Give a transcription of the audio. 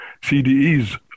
CDEs